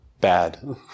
bad